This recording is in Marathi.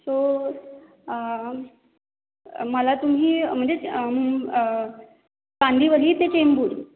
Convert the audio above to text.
सो मला तुम्ही म्हणजे कांदिवली ते चेंबूर